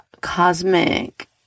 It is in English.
cosmic